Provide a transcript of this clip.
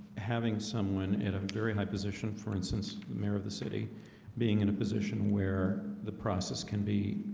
having someone in a very high position for instance the mayor of the city being in a position where the process can be